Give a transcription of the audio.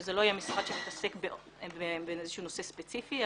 זה לא יהיה משרד שמתעסק באיזשהו נושא ספציפי,